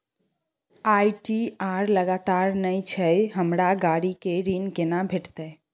ITR लगातार नय छै हमरा गाड़ी के ऋण केना भेटतै?